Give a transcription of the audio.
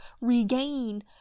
regain